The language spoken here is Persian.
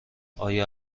آیا